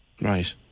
Right